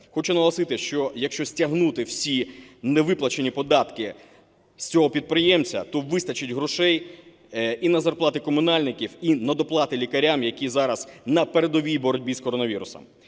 Хочу наголосити, що якщо стягнути всі невиплачені податки з цього підприємця, то вистачить грошей і на зарплати комунальників, і на доплати лікарям, які зараз на передовій боротьби з коронавірусом.